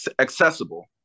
accessible